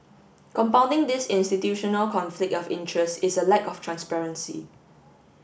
compounding this institutional conflict of interest is a lack of transparency